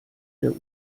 der